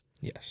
Yes